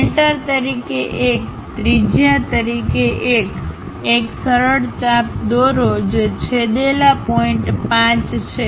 centre તરીકે 1 ત્રિજ્યા તરીકે 1 એક સરળ ચાપ દોરો જે છેદેલા પોઇન્ટ5 છે